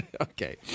okay